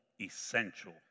Essential